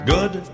Good